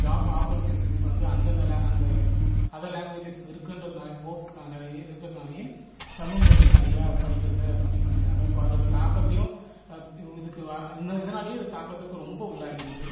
job opportunities வந்து அந்தந்த அந்த அதர் லேங்குவேஜஸ்க்கு இருக்குங்றதுனாலையோ ஹாேப் நிறைய இருக்கிறதுனாலயே தமிழ்மொழியை நிறையா படிக்கிறத கம்மி பண்ணிடுறாங்க ஸோ அதோடய தாக்கத்தையும் இதுக்கு இதனாலேயே இது தாக்கத்துக்கு ரொம்ப உள்ளாகிவிடுது